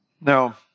Now